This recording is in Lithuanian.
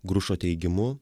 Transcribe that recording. grušo teigimu